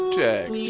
Check